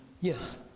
Yes